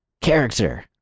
character